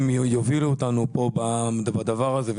יובילו אותנו פה בדבר הזה,